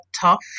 tough